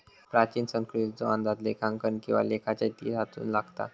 प्राचीन संस्कृतीचो अंदाज लेखांकन किंवा लेखाच्या इतिहासातून लागता